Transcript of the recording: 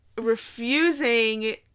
refusing